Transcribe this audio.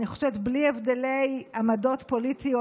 בלי הבדלי עמדות פוליטיות,